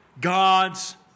God's